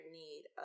need